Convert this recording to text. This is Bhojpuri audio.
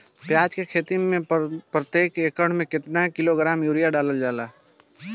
प्याज के खेती में प्रतेक एकड़ में केतना किलोग्राम यूरिया डालल जाला?